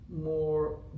more